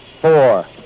four